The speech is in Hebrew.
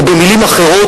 או במלים אחרות,